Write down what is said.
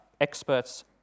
experts